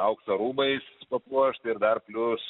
aukso rūbais papuošt ir dar plius